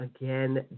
again